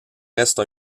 reste